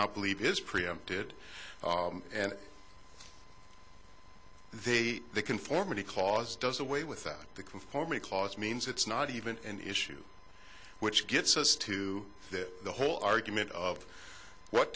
not believe is preempted and they say conformity clause does away with that the conformity clause means it's not even an issue which gets us to this whole argument of what